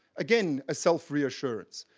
again, a self reassurance.